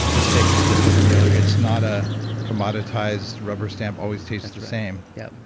like the steak is different than the other. it's not a commoditized, rubber stamped, always tastes the same yeah.